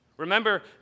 Remember